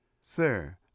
Sir